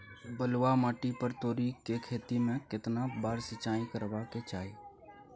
बलुआ माटी पर तोरी के खेती में केतना बार सिंचाई करबा के चाही?